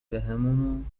بهمون